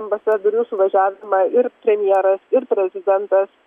ambasadorių suvažiavimą ir premjeras ir prezidentas